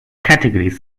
categories